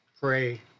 pray